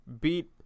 beat